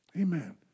Amen